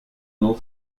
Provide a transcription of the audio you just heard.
nous